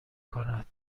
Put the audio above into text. کند